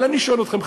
אבל אני שואל אתכם,